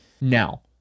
Now